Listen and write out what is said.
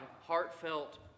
heartfelt